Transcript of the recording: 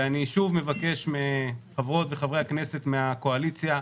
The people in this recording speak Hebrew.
אני שוב מבקש מחברות וחברי הכנסת מהקואליציה,